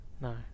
No